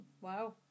Wow